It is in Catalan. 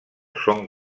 són